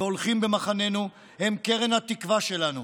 והולכים במחננו הם קרן התקווה שלנו,